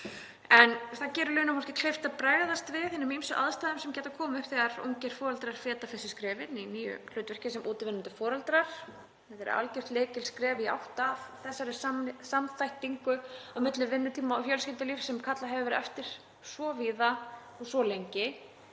en þetta gerir launafólki kleift að bregðast við hinum ýmsu aðstæðum sem geta komið upp þegar ungir foreldrar stíga fyrstu skrefin í nýju hlutverki sem útivinnandi foreldrar. Þetta er algjört lykilskref í átt að þessari samþættingu milli vinnutíma og fjölskyldulífs sem kallað hefur verið eftir svo víða og svo lengi.